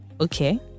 Okay